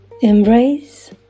embrace